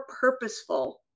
purposeful